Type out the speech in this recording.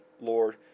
Lord